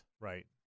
right